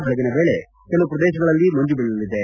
ಬೆಳಗಿನ ವೇಳೆ ಕೆಲವು ಪ್ರದೇಶಗಳಲ್ಲಿ ಮಂಜು ಬೀಳಲಿದೆ